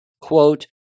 Quote